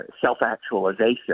self-actualization